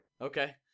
Okay